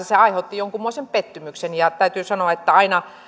se aiheutti jonkunmoisen pettymyksen täytyy sanoa että aina